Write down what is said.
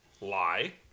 Lie